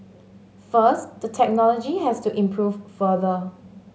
first the technology has to improve further